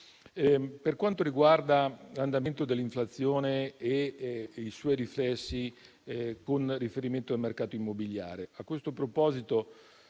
Per quanto riguarda l'andamento dell'inflazione e i suoi riflessi sul mercato immobiliare, a questo proposito